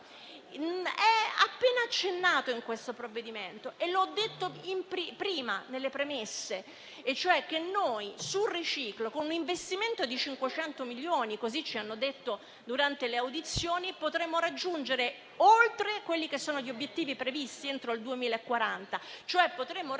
è appena accennato in questo provvedimento, come ho detto nelle premesse. Noi sul riciclo, con un investimento di 500 milioni - come ci hanno detto durante le audizioni - potremmo andare oltre gli obiettivi previsti entro il 2040, cioè potremmo raggiungere